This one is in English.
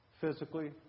physically